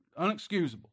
Unexcusable